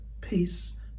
peace